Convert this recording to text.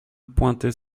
pointer